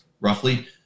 roughly